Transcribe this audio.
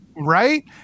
Right